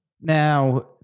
Now